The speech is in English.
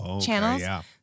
channels